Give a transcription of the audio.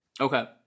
Okay